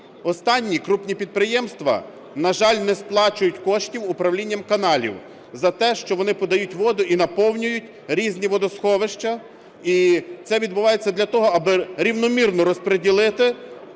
Останні – крупні підприємства, на жаль, не сплачують коштів управлінням каналів за те, що вони подають воду і наповнюють різні водосховища і це відбувається для того аби рівномірно розподілити